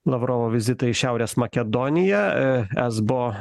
lavrovo vizitą į šiaurės makedoniją esbo